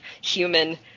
human